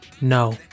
no